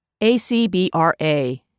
ACBRA